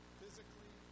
physically